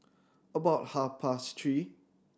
about half past three